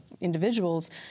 individuals